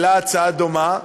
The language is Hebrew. העלה הצעה דומה,